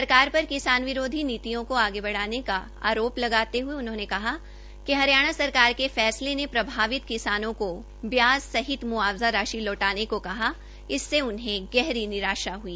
सरकार पर किसान विरोधी नीतियों को आगे बढ़ाने का आरोप लगाते हये उन्होंने कहा कि हरियाणा सरकार के फैसले ने प्रभावित किसानों को ब्याज सहित मुआवजा राशि लौटाने को कहा इससे उन्हे निराशा हई